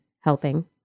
helping